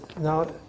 Now